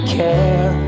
care